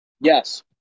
Yes